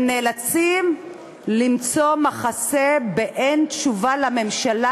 הם נאלצים למצוא מחסה באין תשובה לממשלה